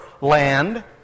land